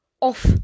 off